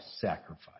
sacrifice